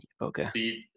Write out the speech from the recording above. okay